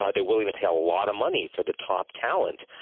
ah they're willing to pay a lot of money for the top talent,